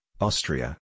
Austria